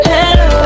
Hello